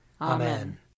Amen